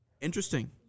Interesting